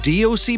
DOC